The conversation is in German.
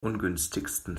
ungünstigsten